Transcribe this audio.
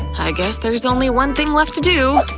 i guess there's only one thing left to do.